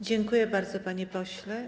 Dziękuję bardzo, panie pośle.